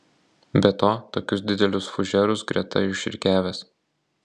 be to tokius didelius fužerus greta išrikiavęs